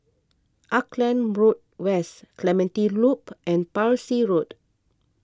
Auckland Road West Clementi Loop and Parsi Road